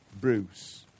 Bruce